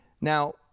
Now